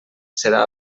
serà